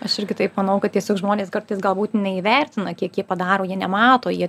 aš irgi taip manau kad tiesiog žmonės kartais galbūt neįvertina kiek jie padaro jie nemato jie